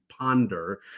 ponder